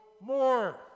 more